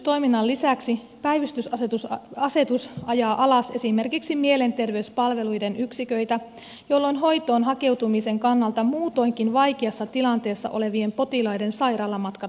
synnytystoiminnan lisäksi päivystysasetus ajaa alas esimerkiksi mielenterveyspalveluiden yksiköitä jolloin hoitoon hakeutumisen kannalta muutoinkin vaikeassa tilanteessa olevien potilaiden sairaalamatkat pitenevät